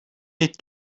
niet